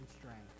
strength